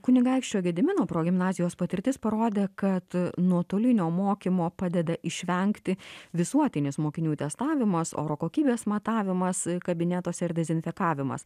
kunigaikščio gedimino progimnazijos patirtis parodė kad nuotolinio mokymo padeda išvengti visuotinis mokinių testavimas oro kokybės matavimas kabinetuose ir dezinfekavimas